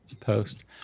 Post